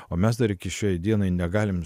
o mes dar iki šiai dienai negalim